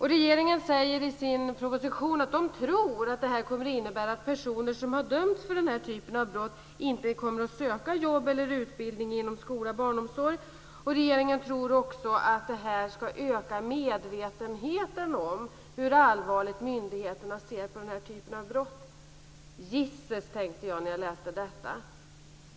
Regeringen säger i sin proposition att man tror att det kommer att innebära att personer som har dömts för denna typ av brott inte kommer att söka jobb eller utbildning inom skola och barnomsorg, och regeringen tror också att detta ska öka medvetenheten om hur allvarligt myndigheterna ser på denna typ av brott. Jisses, tänkte jag när jag läste detta.